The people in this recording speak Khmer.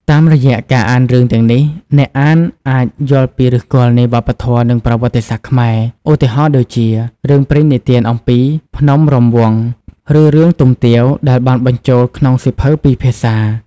តាមរយៈការអានរឿងទាំងនេះ អ្នកអានអាចយល់ពីឫសគល់នៃវប្បធម៌ និងប្រវត្តិសាស្ត្រខ្មែរ។ ឧទាហរណ៍ដូចជា រឿងព្រេងនិទានអំពី ភ្នំរាំវង់ ឬ រឿងទុំទាវ ដែលបានបញ្ចូលក្នុងសៀវភៅពីរភាសា។